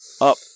up